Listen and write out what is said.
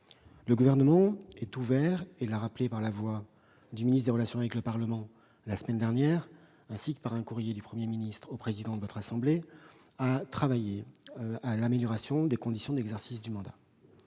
Le Gouvernement est ouvert- il l'a rappelé par la voix du ministre chargé des relations avec le Parlement la semaine dernière, ainsi que par un courrier du Premier ministre au président de votre assemblée -à la perspective de travailler à l'amélioration des conditions d'exercice du mandat.